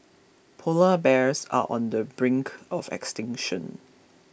Polar Bears are on the brink of extinction